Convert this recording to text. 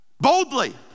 boldly